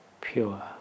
pure